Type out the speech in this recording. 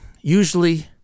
Usually